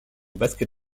basket